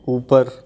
ऊपर